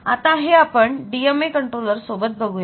आता हे आपण DMA कंट्रोलर सोबत बघूया